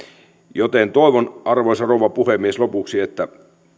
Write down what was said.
joten toivon lopuksi arvoisa rouva puhemies että